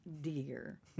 dear